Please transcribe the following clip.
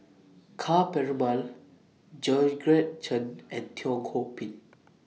Ka Perumal Georgette Chen and Teo Ho Pin